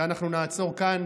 אנחנו נעצור כאן.